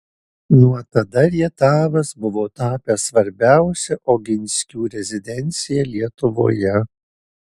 nuo tada rietavas buvo tapęs svarbiausia oginskių rezidencija lietuvoje